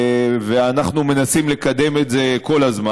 ואנחנו מנסים לקדם את זה כל הזמן.